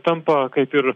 tampa kaip ir